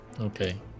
Okay